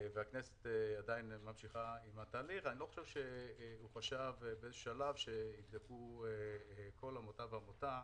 והכנסת עדיין ממשיכה עם התהליך שבאיזשהו שלב יבדקו כל עמותה ועמותה